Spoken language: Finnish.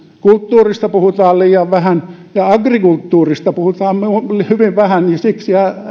kulttuurista puhutaan liian vähän ja agrikulttuurista puhutaan hyvin vähän ja siksi